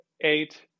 eight